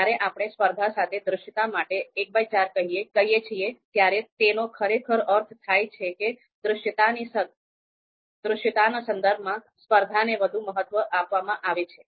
જ્યારે આપણે સ્પર્ધા સાથે દૃશ્યતા માટે ૧૪ કહીએ છીએ ત્યારે તેનો ખરેખર અર્થ થાય છે કે દૃશ્યતાના સંદર્ભમાં સ્પર્ધાને વધુ મહત્વ આપવામાં આવે છે